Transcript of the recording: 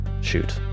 shoot